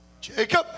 Jacob